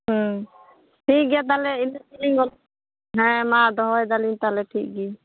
ᱴᱷᱤᱠ ᱜᱮᱭᱟ ᱛᱟᱦᱚᱞᱮ ᱤᱱᱟᱹ ᱜᱮᱞᱤᱧ ᱜᱚᱞᱯᱚ ᱦᱮᱸ ᱢᱟ ᱫᱚᱦᱚᱭᱮᱫᱟᱞᱤᱧ ᱛᱟᱦᱚᱞᱮ ᱴᱷᱤᱠ ᱜᱮᱭᱟ